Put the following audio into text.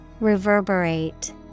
Reverberate